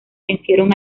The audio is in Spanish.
vencieron